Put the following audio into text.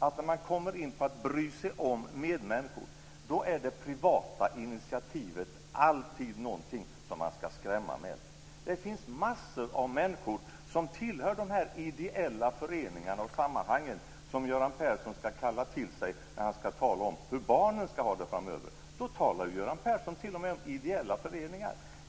När man kommer in på att bry sig om medmänniskor är det privata initiativet alltid någonting som man skall skrämma med. Det finns massor av människor som tillhör de ideella föreningar och sammanhang som Göran Persson skall kalla till sig när han skall tala om hur barnen skall ha det framöver. Då talar Göran Persson t.o.m.